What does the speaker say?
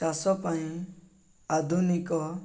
ଚାଷ ପାଇଁ ଆଧୁନିକ